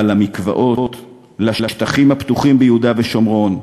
אבל למקוואות, לשטחים הפתוחים ביהודה ושומרון,